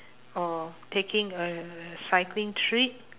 or taking a cycling trip